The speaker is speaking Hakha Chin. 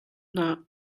hna